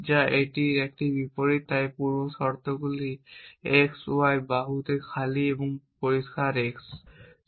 যা এটির একটি বিপরীত তাই পূর্ব শর্তগুলি x y বাহুতে খালি এবং পরিষ্কার x